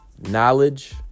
knowledge